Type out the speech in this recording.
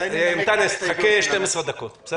לא